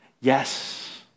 Yes